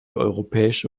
europäische